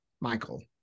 Michael